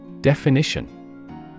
Definition